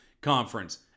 Conference